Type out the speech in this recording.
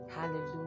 hallelujah